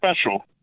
special